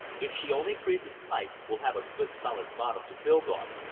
if she only freezes tight, we'll have a good solid bottom to build on,